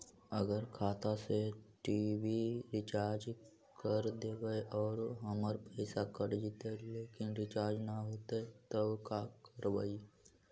अगर खाता से टी.वी रिचार्ज कर देबै और हमर पैसा कट जितै लेकिन रिचार्ज न होतै तब का करबइ?